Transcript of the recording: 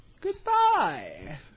Goodbye